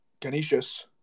Canisius